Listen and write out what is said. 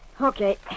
Okay